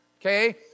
okay